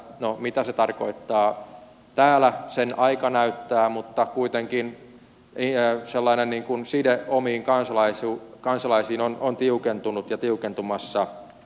no mitä se tarkoittaa täällä sen aika näyttää mutta kuitenkin sellainen side omiin kansalaisiin on tiukentunut ja tiukentumassa